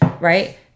right